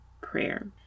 prayer